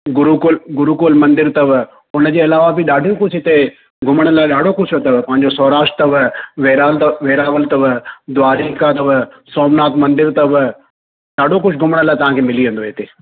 गुरुकुल गुरुकुल मंदर अथव उन जे अलावा बि ॾाढो कुझु हिते घुमण लाइ ॾाढो कुझु अथव पंहिंजो सौराष्ट्र अथव वेरांद वेरावल अथव द्वारिका अथव सोमनाथ मंदर अथव ॾाढो कुझु घुमण लाइ तव्हांखे मिली वेंदो हिते